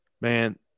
man